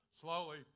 slowly